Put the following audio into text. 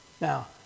Now